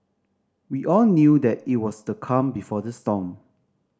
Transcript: we all knew that it was the calm before the storm